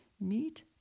Meet